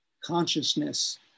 consciousness